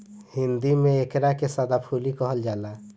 हिंदी में एकरा के सदाफुली कहल जाला